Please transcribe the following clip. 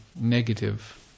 negative